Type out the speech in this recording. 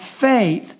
faith